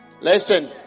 Listen